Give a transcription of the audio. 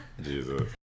Jesus